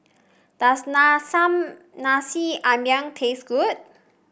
does Nasi Ambeng taste good